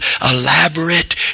elaborate